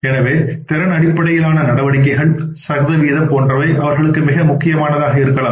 எனவே திறன் அடிப்படையிலான நடவடிக்கைகள் சதவீதம் போன்றவை அவர்களுக்கு மிக முக்கியமானதாக இருக்கலாம்